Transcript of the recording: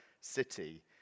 city